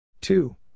two